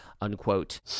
unquote